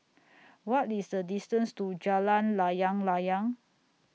What IS The distance to Jalan Layang Layang